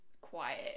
quiet